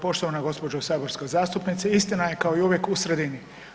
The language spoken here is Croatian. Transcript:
Poštovana gospođo saborska zastupnice, istina je kao i uvijek u sredini.